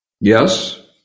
Yes